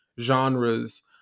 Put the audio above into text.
genres